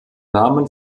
namen